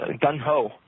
gun-ho